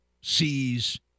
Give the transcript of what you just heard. sees